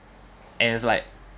and it's like